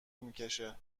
میکشه